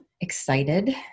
excited